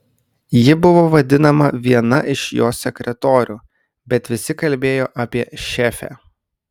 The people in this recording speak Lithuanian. ji buvo vadinama viena iš jo sekretorių bet visi kalbėjo apie šefę